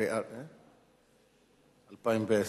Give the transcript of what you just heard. בקריאה ראשונה.